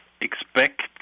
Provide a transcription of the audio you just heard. expect